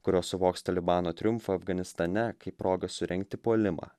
kurios suvoks talibano triumfą afganistane kaip progą surengti puolimą